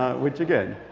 which, again,